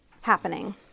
happening